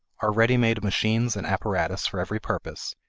our ready-made machines and apparatus for every purpose,